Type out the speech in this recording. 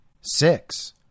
Six